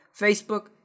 Facebook